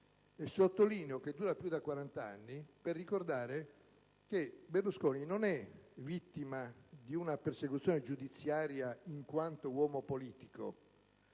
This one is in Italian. Sottolineo che dura da più di 40 anni per ricordare che Berlusconi non è vittima di una persecuzione giudiziaria in quanto uomo politico,